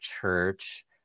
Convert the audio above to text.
Church